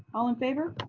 all in favor?